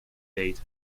date